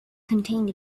contained